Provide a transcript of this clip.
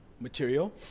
material